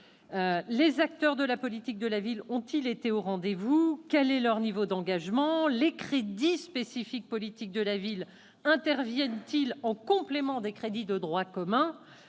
Les acteurs de la politique de la ville ont-ils été au rendez-vous ? Quel est leur niveau d'engagement ? Les crédits spécifiques de la politique de la ville interviennent-ils en complément des crédits de droit commun ?